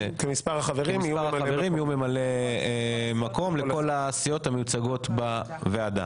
כמספר החברים יהיו ממלאי מקום לכל הסיעות המיוצגות בוועדה.